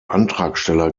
antragsteller